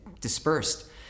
dispersed